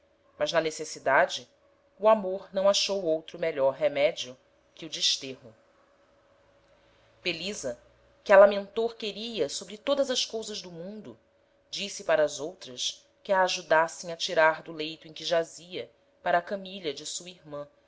mas na necessidade o amor não achou outro melhor remedio que o desterro belisa que a lamentor queria sobre todas as cousas do mundo disse para as outras que a ajudassem a tirar do leito em que jazia para a camilha de sua irman